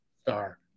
star